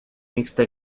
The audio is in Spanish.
mixta